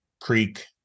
creek